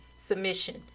submission